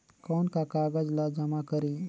कौन का कागज ला जमा करी?